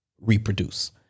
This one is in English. reproduce